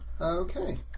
Okay